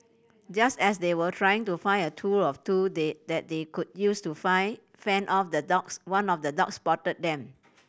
just as they were trying to find a tool or two they that they could use to find fend off the dogs one of the dogs spotted them